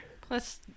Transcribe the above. Plus